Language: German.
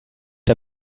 der